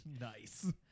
Nice